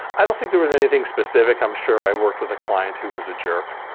i don't think there was anything specific. i'm sure i worked with a client who was a jerk.